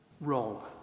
wrong